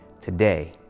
today